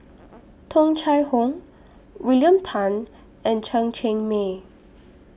Tung Chye Hong William Tan and Chen Cheng Mei